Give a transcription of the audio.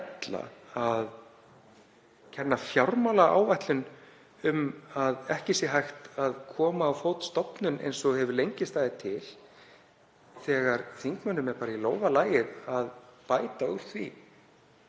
að kenna fjármálaáætlun um að ekki sé hægt að koma á fót stofnun eins og hefur lengi staðið til þegar þingmönnum er í lófa lagið að bæta úr því